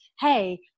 Hey